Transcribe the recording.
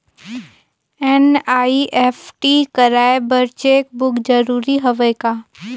NEFT कराय बर cheque book जरूरी हवय का?